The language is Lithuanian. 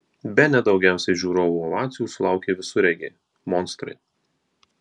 bene daugiausiai žiūrovų ovacijų sulaukė visureigiai monstrai